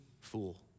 fool